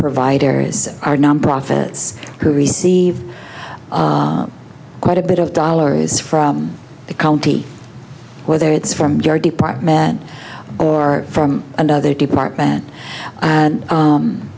providers are nonprofits who receive quite a bit of dollars from the county whether it's from your department or from another department and